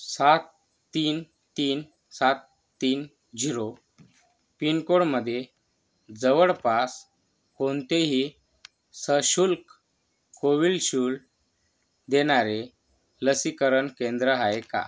सात तीन तीन सात तीन झिरो पिनकोडमध्ये जवळपास कोणतेही सशुल्क कोविल्शुल देणारे लसीकरण केंद्र आहे का